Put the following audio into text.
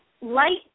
light